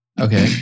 Okay